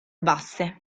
basse